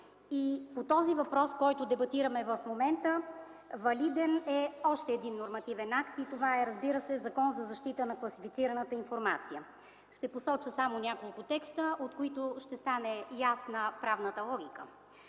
и по този въпрос, който дебатираме в момента, валиден е още един нормативен акт и това е, разбира се, Законът за защита на класифицираната информация. Ще посоча само няколко текста, от които ще стане ясна правната логика